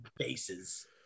faces